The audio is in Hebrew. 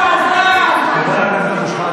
חבר הכנסת אבו שחאדה, אני מבקש.